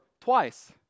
twice